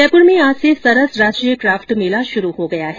जयपुर में आज से सरस राष्ट्रीय काफ्ट मेला शुरू हो गया है